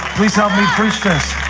please help me preach this.